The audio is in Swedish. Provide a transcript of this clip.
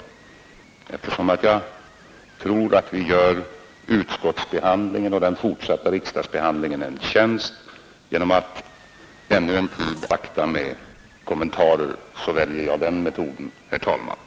Eftersom jag tror att vi gör utskottsbehandlingen och den fortsatta riksdagsbehandlingen en tjänst genom att ännu en tid vänta med kommentarer, väljer jag herr talman, att vänta med dem.